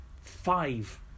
five